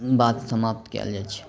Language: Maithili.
बात समाप्त कयल जाइ छै